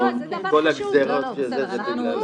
כל הגזירות האלה זה בגלל --- תהילה,